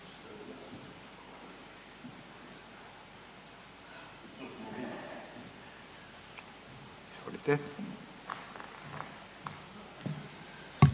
Hvala vam